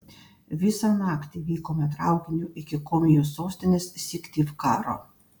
visą naktį vykome traukiniu iki komijos sostinės syktyvkaro